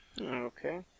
Okay